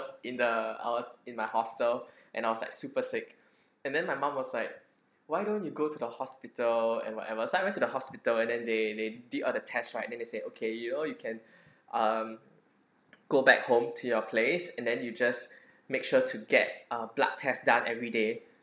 in the ours in my hostel and I was like super sick and then my mum was like why don't you go to the hospital and whatever site went to the hospital and then they they did all the tests right then they say okay you know you can um go back home to your place and then you just make sure to get blood test done every day